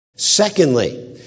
Secondly